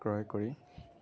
ক্ৰয় কৰি